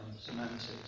semantics